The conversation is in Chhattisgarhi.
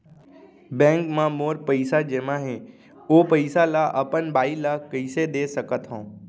बैंक म मोर पइसा जेमा हे, ओ पइसा ला अपन बाई ला कइसे दे सकत हव?